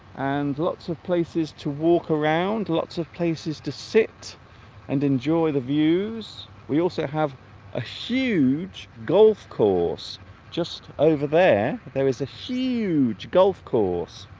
and lots of places to walk around lots of places to sit and enjoy the views we also have a huge golf course just over there there is a huge golf course